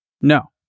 No